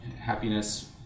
happiness